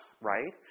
right